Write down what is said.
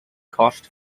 cost